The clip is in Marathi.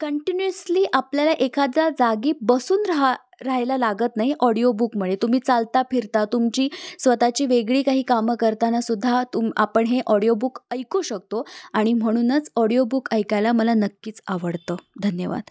कंटिन्युअसली आपल्याला एखादा जागी बसून राहा राहायला लागत नाही ऑडिओबुकमुळे तुम्ही चालता फिरता तुमची स्वतःची वेगळी काही कामं करताना सुद्धा तुम आपण हे ऑडिओबुक ऐकू शकतो आणि म्हणूनच ऑडिओबुक ऐकायला मला नक्कीच आवडतं धन्यवाद